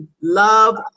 Love